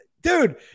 dude